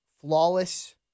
flawless